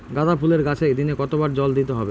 গাদা ফুলের গাছে দিনে কতবার জল দিতে হবে?